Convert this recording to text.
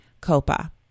COPA